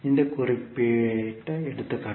இந்த குறிப்பிட்ட எடுத்துக்காட்டு